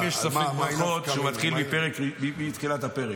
אם יש ספק ברכות שמתחיל מתחילת הפרק.